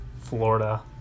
Florida